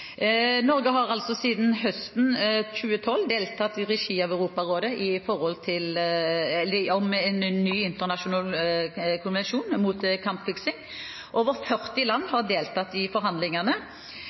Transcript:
Norge har altså siden høsten 2012 deltatt, i regi av Europarådet, i arbeidet med å få en ny internasjonal konvensjon mot kampfiksing. Over 40 land